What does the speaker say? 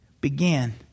began